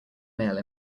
male